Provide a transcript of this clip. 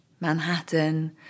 Manhattan